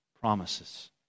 promises